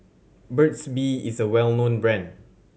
Burt's Bee is a well known brand